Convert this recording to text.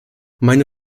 meine